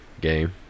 game